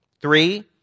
Three